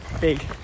big